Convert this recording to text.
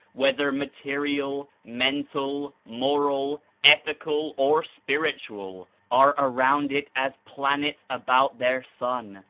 whether ma terial, mental, moral, ethical or spiritual, are around it as planets about their sun.